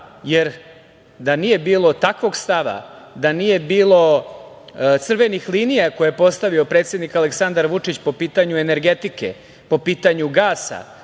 Jer, da nije bilo takvog stava, da nije bilo crvenih linija koje je postavio predsednik, Aleksandar Vučić po pitanju energetike, po pitanju gasa,